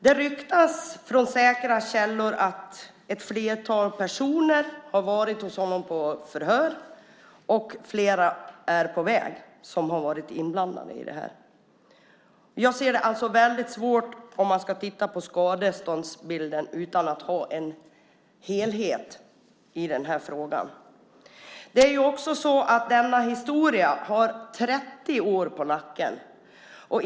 Det ryktas från säkra källor att ett flertal personer har varit hos honom på förhör, och flera som har varit inblandade i detta är på väg. Jag ser det som väldigt svårt att titta på skadeståndbilden utan att ha en helhet i frågan. Denna historia har 30 år på nacken.